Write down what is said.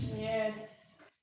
Yes